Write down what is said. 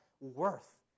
worth